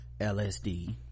LSD